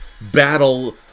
battle